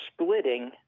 splitting